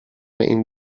این